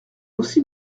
aussi